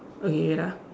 okay wait ah